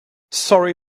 sorry